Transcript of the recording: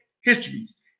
histories